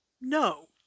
no